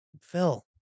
Phil